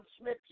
Smith